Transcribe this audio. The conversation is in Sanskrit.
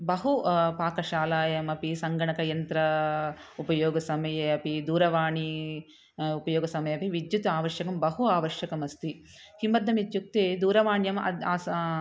बहु पाकशालायामपि सङ्गणकयन्त्रस्य उपयोगसमये अपि दूरवाण्याम् उपयोगसमये अपि विद्युत् आवश्यकं बहु आवश्यकमस्ति किमर्थमित्युक्ते दूरवाण्याम् आद् आस